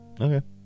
Okay